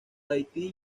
tahití